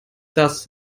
das